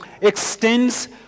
extends